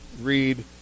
read